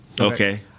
Okay